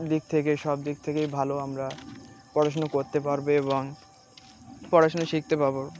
দিক থেকে সব দিক থেকেই ভালো আমরা পড়াশুনো করতে পারব এবং পড়াশুনো শিখতে পারবো